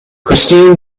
christine